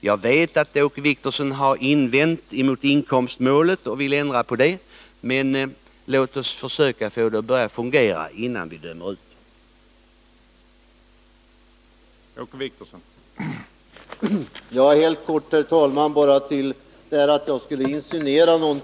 Jag vet att Åke Wictorsson har invändningar mot inkomstmålet och vill ändra det, men låt oss försöka få det att fungera innan vi dömer ut det.